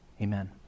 Amen